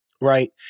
Right